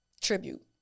tribute